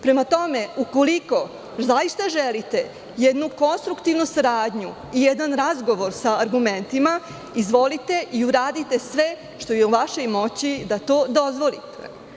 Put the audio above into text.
Prema tome, ukoliko zaista želite jednu konstruktivnu saradnju i jedan razgovor sa argumentima, izvolite i uradite sve što je u vašoj moći da to dozvolite.